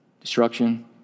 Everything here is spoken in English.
destruction